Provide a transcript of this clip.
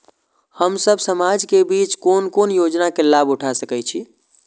हम सब समाज के बीच कोन कोन योजना के लाभ उठा सके छी?